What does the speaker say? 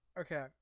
okay